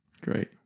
Great